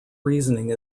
reasoning